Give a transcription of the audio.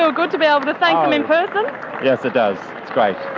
so good to be able to thank them in person? yes, it does, like